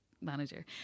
manager